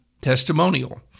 testimonial